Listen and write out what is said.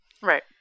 Right